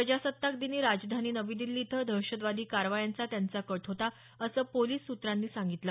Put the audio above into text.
प्रजासत्ताक दिनी राजधानी नवी दिल्ली इथं दहशतवादी कारवायांचा त्यांचा कट होता असं पोलिस सूत्रांनी सांगितलं